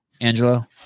Angelo